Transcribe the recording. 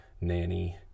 nanny